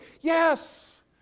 Yes